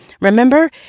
Remember